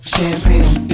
Champagne